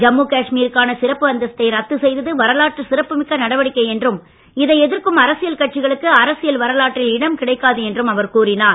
ஜம்மு காஷ்மீருக்கான சிறப்பு அந்தஸ்தை ரத்து செய்தது வரலாற்று சிறப்புமிக்க நடவடிக்கை என்றும் இதை எதிர்க்கும் அரசியல் கட்சிகளுக்கு அரசியல் வரலாற்றில் இடம் கிடைக்காது என்றும் அவர் கூறினார்